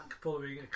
following